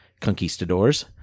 conquistadors